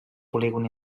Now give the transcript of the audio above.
polígon